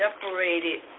separated